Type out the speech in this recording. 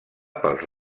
pels